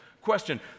question